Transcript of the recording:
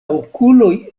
okuloj